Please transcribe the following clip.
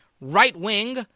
right-wing